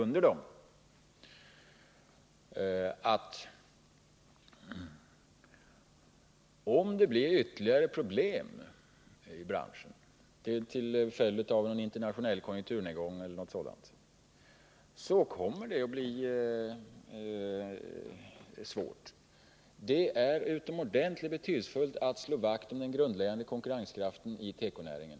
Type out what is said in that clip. underdem —- att om det blir ytterligare problem i branschen till följd av en internationell konjunkturnedgång e. d., så kommer det att bli svårt. Det är utomordentligt betydelsefullt att slå vakt om den grundläggande konkurrenskraften i tekonäringen.